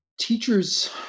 Teachers